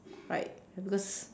right ya because